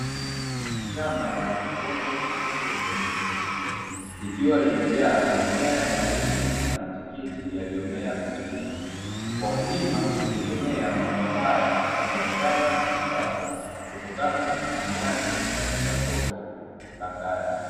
Shamba lenye udongo mwekundu wenye rutuba likiwa limejaa mimea ya mahindi na matikiti yaliyomea vizuri. Wakulima hutegemea mazao haya kwa biashara na kipato, kutokana na thamani yake katika soko la kaya.